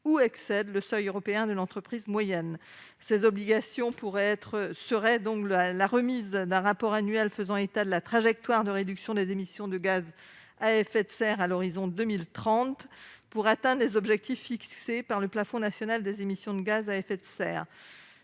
ou excède le seuil européen de l'entreprise moyenne. Ces obligations sont les suivantes : premièrement, la remise d'un rapport annuel faisant état de la trajectoire de réduction des émissions de gaz à effet de serre à l'horizon de 2030 pour atteindre les objectifs fixés par le plafond national des émissions de gaz à effet de serre